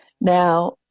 Now